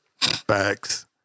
Facts